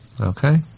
Okay